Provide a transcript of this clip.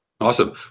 Awesome